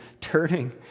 turning